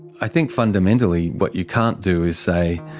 i think fundamentally what you can't do is say